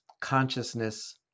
consciousness